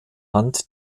hand